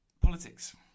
Politics